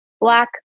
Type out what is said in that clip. black